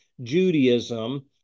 Judaism